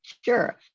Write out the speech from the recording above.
Sure